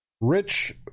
rich